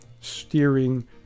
steering